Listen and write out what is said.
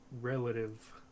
relative